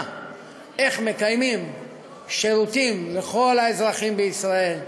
איך מקיימים שירותים לכל האזרחים בישראל.